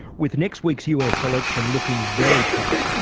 with next week's us election looking very tight,